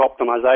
optimization